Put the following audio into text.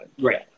Right